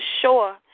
sure